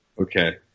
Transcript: Okay